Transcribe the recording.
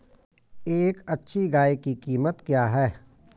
एक अच्छी गाय की कीमत क्या है?